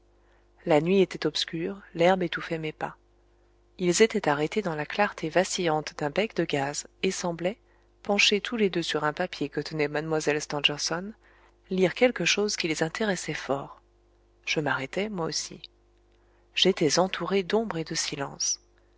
la nuit était obscure l'herbe étouffait mes pas ils étaient arrêtés dans la clarté vacillante d'un bec de gaz et semblaient penchés tous les deux sur un papier que tenait mlle stangerson lire quelque chose qui les intéressait fort je m'arrêtai moi aussi j'étais entouré d'ombre et de silence